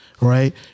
right